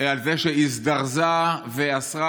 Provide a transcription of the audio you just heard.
על זה שהזדרזה ואסרה,